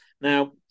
Now